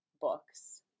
books